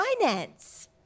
finance